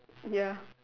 ya